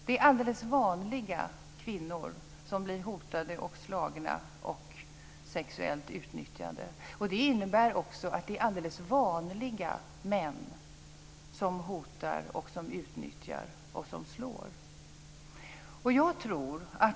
Det är alldeles vanliga kvinnor som blir hotade och slagna och sexuellt utnyttjade. Det innebär också att det är alldeles vanliga män som hotar, utnyttjar och slår.